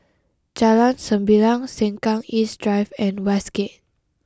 Jalan Sembilang Sengkang East Drive and Westgate